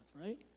right